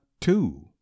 two